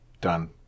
done